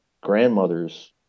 grandmothers